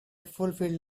fulfilled